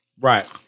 Right